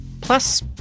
Plus